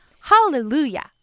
Hallelujah